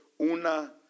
una